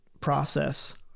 process